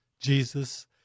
Jesus